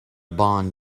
bond